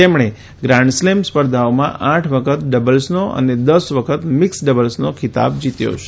તેમણે ગ્રાન્ડસ્લેમ સ્પર્ધાઓમાં આઠ વખત ડબલ્સનો અને દસ વખત મિક્સ ડબલ્સના ખિતાબો જીત્યા છે